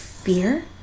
Fear